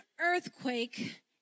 earthquake